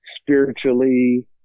spiritually